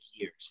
years